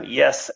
yes